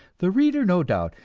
the reader, no doubt,